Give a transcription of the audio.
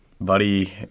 Buddy